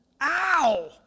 ow